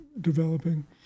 developing